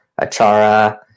Achara